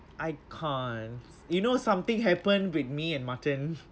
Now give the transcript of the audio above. I can't you know something happened with me and mutton